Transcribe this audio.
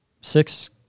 six